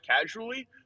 casually